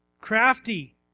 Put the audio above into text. Crafty